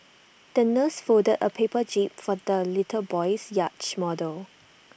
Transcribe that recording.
the nurse folded A paper jib for the little boy's yacht model